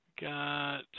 Got